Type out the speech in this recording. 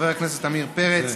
חבר הכנסת עמיר פרץ,